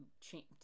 change